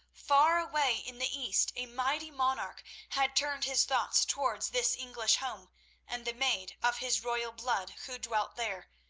far away in the east a mighty monarch had turned his thoughts towards this english home and the maid of his royal blood who dwelt there,